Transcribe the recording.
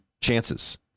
chances